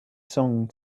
song